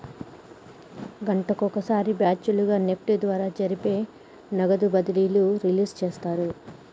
గంటకొక సారి బ్యాచ్ లుగా నెఫ్ట్ ద్వారా జరిపే నగదు బదిలీలు రిలీజ్ చేస్తారు